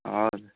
हजुर